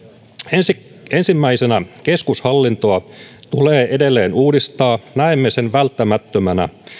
ensimmäisenä ensimmäisenä keskushallintoa tulee edelleen uudistaa näemme sen välttämättömänä